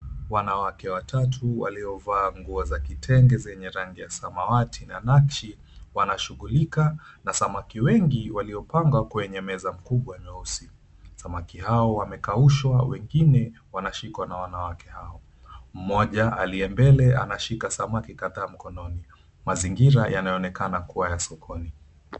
Wanawake watatu waliovaa nguo za kitenge zenye rangi ya samawati na nakshi wanashughulika na samaki wengi waliopangwa kwenye meza kubwa nyeusi. Samaki hao wamekaushwa wengine wanashikwa na wanawake hao. Mmoja aliye mbele anashika samaki kadhaa mkononi. Mazingira yanaonekana kuwa ni ya sokono.